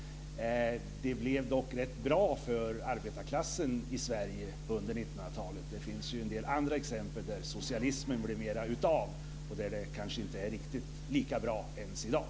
Det blev dock rätt bra för arbetarklassen i Sverige under 1900-talet. Det finns en del andra exempel där socialismen blev mera av och där det inte är riktigt lika bra ens i dag.